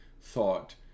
thought